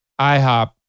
IHOP